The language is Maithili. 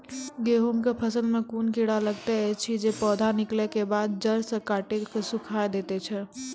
गेहूँमक फसल मे कून कीड़ा लागतै ऐछि जे पौधा निकलै केबाद जैर सऽ काटि कऽ सूखे दैति छै?